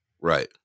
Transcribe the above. Right